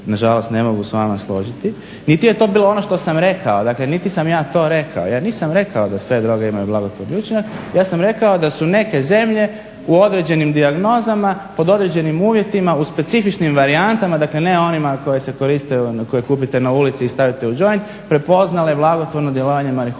nažalost ne mogu s vama složiti niti je to bilo ono što sam rekao. Dakle, niti sam ja to rekao. Ja nisam rekao da sve droge imaju blagotvorni učinak, ja sam rekao da su neke zemlje u određenim dijagnozama pod određenim uvjetima u specifičnim varijantama, dakle ne onima koje se koriste, koje kupite na ulici i stavite u džoint prepoznale blagotvorno djelovanje marihuane